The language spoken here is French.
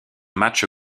match